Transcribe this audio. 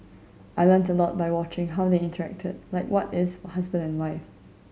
I learnt a lot by watching how they interacted like what is husband and wife